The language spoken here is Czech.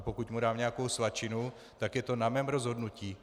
Pokud dám nějakou svačinu, tak je to na mém rozhodnutí.